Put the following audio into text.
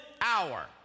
hour